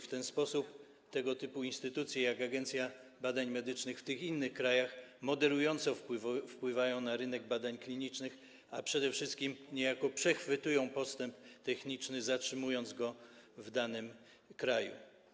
W ten sposób tego typu instytucje, jak Agencja Badań Medycznych, w tych innych krajach moderująco wpływają na rynek badań klinicznych, a przede wszystkim niejako przechwytują postęp techniczny, zatrzymując go w danym kraju.